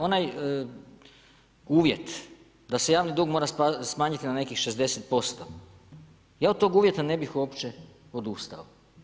Onaj uvjet da se javni dug mora smanjiti na nekih 60%, ja od tog uvjeta ne bih uopće odustao.